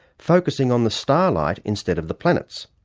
focusing on the starlight instead of the planets.